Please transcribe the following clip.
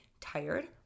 tired